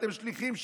אתם שליחים שלנו,